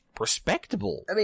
respectable